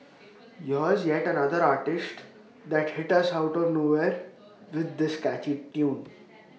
here's yet another artiste that hit us out of nowhere with this catchy tune